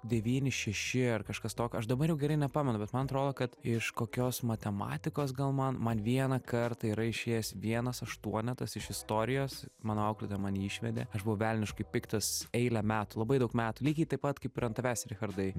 devyni šeši ar kažkas tokio aš dabar jau gerai nepamenu bet man atrodo kad iš kokios matematikos gal man man vieną kartą yra išėjęs vienas aštuonetas iš istorijos mano auklėtoja man jį išvedė aš buvau velniškai piktas eilę metų labai daug metų lygiai taip pat kaip ir ant tavęs richardai